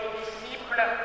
disciples